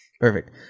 Perfect